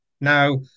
Now